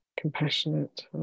compassionate